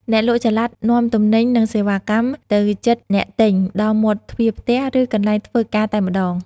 អ្នកលក់ចល័តនាំទំនិញ និងសេវាកម្មទៅជិតអ្នកទិញដល់មាត់ទ្វារផ្ទះ ឬកន្លែងធ្វើការតែម្តង។